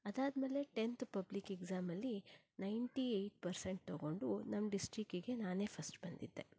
ಅದಾದ್ಮೇಲೆ tenth public exam ಅಲ್ಲಿ ninety eight percent ತಗೊಂಡು ನಮ್ಮ ಡಿಸ್ಟ್ರಿಕ್ಕಿಗೆ ನಾನೇ ಫಸ್ಟ್ ಬಂದಿದ್ದೆ